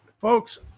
folks